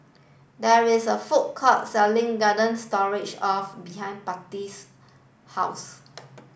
there is a food court selling Garden Stroganoff behind Patty's house